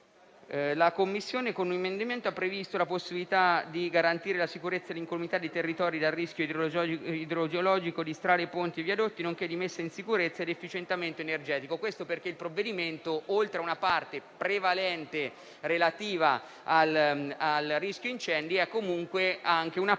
La Commissione con un emendamento ha previsto la possibilità di garantire la sicurezza e l'incolumità dei territori dal rischio idrogeologico di strade, ponti e viadotti, nonché di messa in sicurezza e di efficientamento energetico. Il provvedimento infatti, oltre a una parte prevalente relativa al rischio incendi, dedica comunque anche una